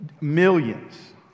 millions